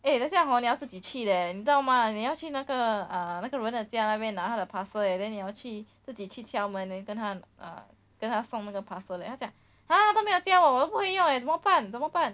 eh 等一下 hor 你要自己去 leh 你知道吗你要去那个 uh 那个人的家那边拿他的 parcel leh then 你要去自己去敲门 then 跟他 uh 跟他送那个 parcel leh 他讲 !huh! 都没有教我我都不会用 leh 怎么办怎么办